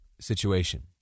situation